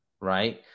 right